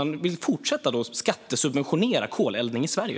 Man vill fortsätta skattesubventionera koleldning i Sverige.